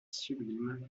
sublime